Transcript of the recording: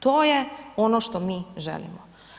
To je ono što mi želimo.